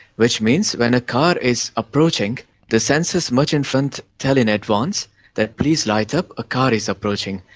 which means when a car is approaching the sensors much in front tell in advance that please light up, a car is approaching'.